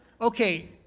okay